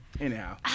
anyhow